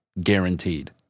Guaranteed